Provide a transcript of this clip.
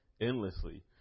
endlessly